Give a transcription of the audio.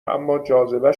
اماجاذبه